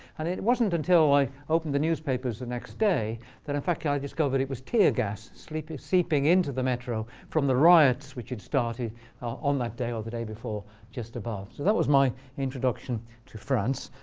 and it wasn't until i opened the newspapers the next day that, in fact, i discovered it was tear gas seeping seeping into the metro from the riots which had started on that day or the day before just above. so that was my introduction to france.